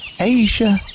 Asia